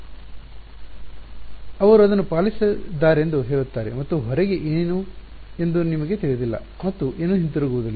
ವಿದ್ಯಾರ್ಥಿ ಅವರು ಅದನ್ನು ಪಾಲಿಸಿದ್ದಾರೆಂದು ಹೇಳುತ್ತಾರೆ ಮತ್ತು ಹೊರಗೆ ಏನು ಎಂದು ನಿಮಗೆ ತಿಳಿದಿಲ್ಲ ಮತ್ತು ಏನೂ ಹಿಂತಿರುಗಲಿಲ್ಲ